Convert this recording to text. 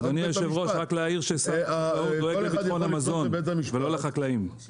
אדוני יושב הראש רק להעיר ששר החקלאות דואג לביטחון המזון ולא לחקלאים.